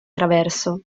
traverso